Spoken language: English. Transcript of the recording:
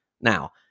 Now